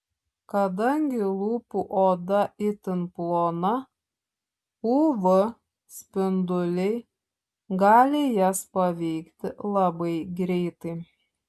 kadangi lūpų oda itin plona uv spinduliai gali jas paveikti labai greitai